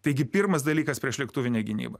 taigi pirmas dalykas priešlėktuvinė gynyba